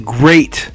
great